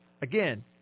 again